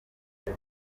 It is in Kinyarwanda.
ubu